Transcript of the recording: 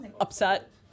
upset